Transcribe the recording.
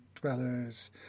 dwellers